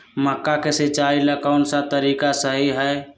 मक्का के सिचाई ला कौन सा तरीका सही है?